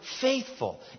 faithful